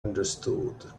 understood